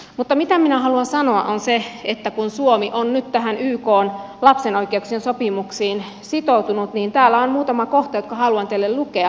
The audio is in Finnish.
mutta se mitä minä haluan sanoa on se että kun suomi on nyt tähän ykn lapsen oikeuksien sopimukseen sitoutunut niin täällä on muutama kohta jotka haluan teille lukea